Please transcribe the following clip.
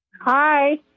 Hi